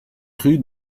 rue